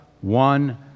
one